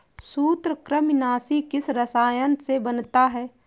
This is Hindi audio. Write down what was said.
सूत्रकृमिनाशी किस रसायन से बनता है?